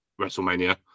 WrestleMania